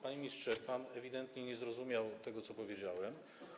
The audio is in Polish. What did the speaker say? Panie ministrze, pan ewidentnie nie zrozumiał tego, co powiedziałem.